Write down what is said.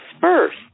first